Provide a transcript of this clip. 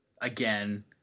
again